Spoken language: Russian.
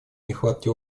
нехватки